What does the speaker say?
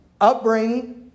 upbringing